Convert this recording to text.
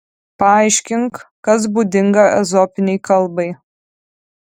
paaiškink kas būdinga ezopinei kalbai